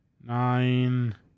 Nine